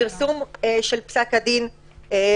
פרסום של פסק הדין.